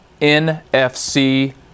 NFC